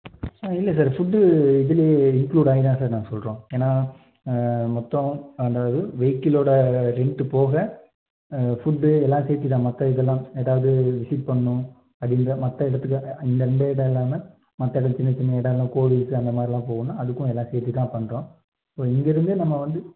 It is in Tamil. இல்லை சார் ஃபுட் இதுலேயே இன்க்லூடாகி தான் சார் நாங்கள் சொல்கிறோம் ஏன்னால் மொத்தம் அந்த வைக்கிலோடய ரென்ட்டு போக ஃபுட்டு இதெல்லாம் சேர்த்து தான் மற்ற இதெல்லாம் எதாவது விசிட் பண்ணனும் அப்படின்னு தான் மற்ற இடத்துக்கு இந்த இந்த இடம் இல்லாமல் மற்ற இடங்க சின்ன சின்ன இடொல்லாம் கோவிலுக்கு அந்த மாதிரிலாம் போனால் அதுக்கும் எல்லாம் சேர்த்தி தான் பண்ணுறோம் ஸோ இங்கேருந்து நம்ம வந்து